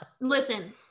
Listen